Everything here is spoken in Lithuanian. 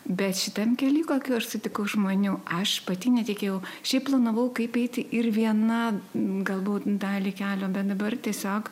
bet šitam kelyj kokių aš sutikau žmonių aš pati netikėjau šiaip planavau kaip eiti ir viena galbūt dalį kelio bent dabar tiesiog